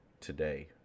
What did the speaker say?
today